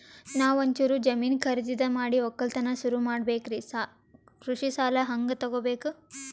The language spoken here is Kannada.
ನಾ ಒಂಚೂರು ಜಮೀನ ಖರೀದಿದ ಮಾಡಿ ಒಕ್ಕಲತನ ಸುರು ಮಾಡ ಬೇಕ್ರಿ, ಕೃಷಿ ಸಾಲ ಹಂಗ ತೊಗೊಬೇಕು?